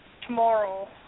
tomorrow